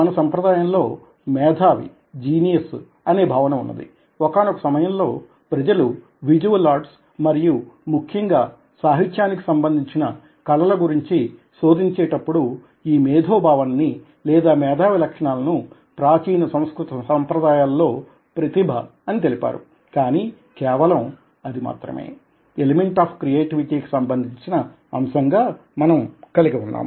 మన సాంప్రదాయం లో మేధావి జీనియస్ అనే భావన ఉన్నది ఒకానొక సమయంలో ప్రజలు విజువల్ ఆర్ట్స్ మరియు ముఖ్యంగా సాహిత్యానికి సంబంధించిన కళలు గురించి చి శోధించే టప్పుడు ఈ మేధో భావనని లేదా మేధావి లక్షణాలను ప్రాచీన సంస్కృత సాంప్రదాయాలలో ప్రతిభ అని తెలిపారు కానీ కేవలం అది మాత్రమే ఎలిమెంట్ ఆఫ్ క్రియేటివిటీ కి సంబంధించిన అంశంగా మనం కలిగి ఉన్నాము